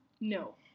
No